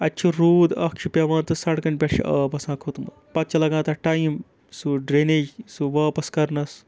اَتہِ چھُ روٗد اَکھ چھُ پٮ۪وان تہٕ سَڑکَن پٮ۪ٹھ چھُ آب آسان کھوٚتمُت پَتہٕ چھُ لَگان تَتھ ٹایم سُہ ڈرٛٮ۪نیج سُہ واپَس کَرنَس